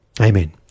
Amen